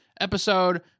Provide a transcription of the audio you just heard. episode